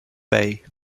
bay